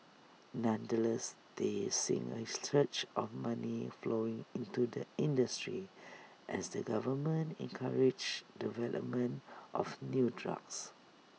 nonetheless they seeing A of money flowing into the industry as the government encourages development of new drugs